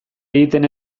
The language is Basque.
egiten